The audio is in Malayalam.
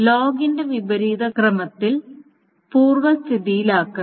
ലോഗിന്റെ വിപരീത ക്രമത്തിൽ പൂർവ്വാവസ്ഥയിലാക്കണം